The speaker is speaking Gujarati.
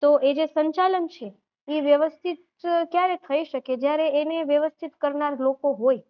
તો એ જે સંચાલન છે એ વ્યવસ્થિત ક્યારે થઈ શકે જ્યારે એને વ્યવસ્થિત કરનાર લોકો હોય